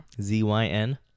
Z-Y-N